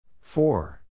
Four